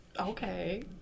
okay